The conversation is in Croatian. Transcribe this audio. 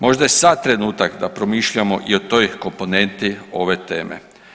Možda je sad trenutak da promišljamo i o toj komponenti ove teme.